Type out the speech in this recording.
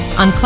on